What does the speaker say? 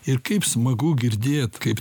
ir kaip smagu girdėt kaip